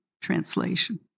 translation